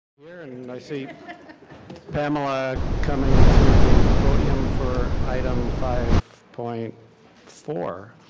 and i see pamela coming to the podium for item five point four.